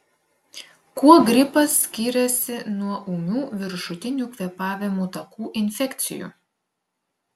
kuo gripas skiriasi nuo ūmių viršutinių kvėpavimo takų infekcijų